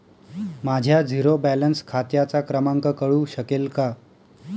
माझ्या zero balance खात्याचा क्रमांक कळू शकेल का?